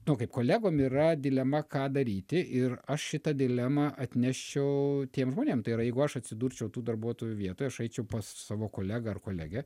nu kaip kolegom yra dilema ką daryti ir aš šitą dilemą atneščiau tiem žmonėm tai yra jeigu aš atsidurčiau tų darbuotojų vietoj aš eičiau pas savo kolegą ar kolegę